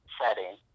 setting